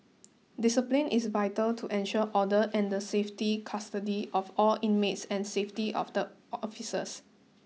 discipline is vital to ensure order and the safety custody of all inmates and safety of the officers